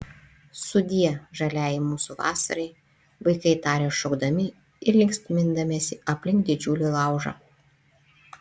sudie žaliajai mūsų vasarai vaikai tarė šokdami ir linksmindamiesi aplink didžiulį laužą